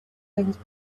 things